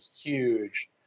huge